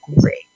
great